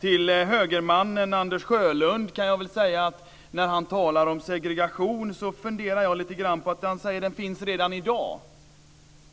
Till högermannen Anders Sjölund kan jag väl säga att han får mig att fundera lite grann när han talar om att segregationen finns redan i dag.